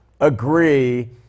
agree